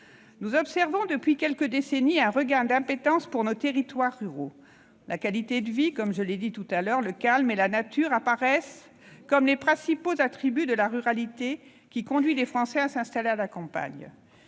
Nous observons depuis quelques décennies un regain d'appétence pour nos territoires ruraux. La qualité de vie, le calme et la nature apparaissent comme les principaux attributs de la ruralité qui conduisent des Français à s'installer à la campagne.